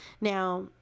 Now